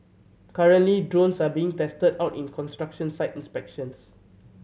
currently drones are being tested out in construction site inspections